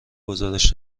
گزارش